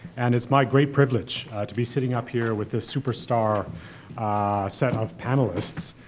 and it's my great privilege to be sitting up here with this superstar set of panelists.